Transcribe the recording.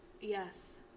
Yes